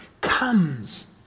comes